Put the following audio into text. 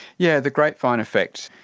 yeah the grapevine effect.